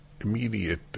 immediate